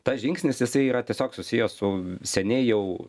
tas žingsnis jisai yra tiesiog susijęs su seniai jau